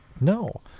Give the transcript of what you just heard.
No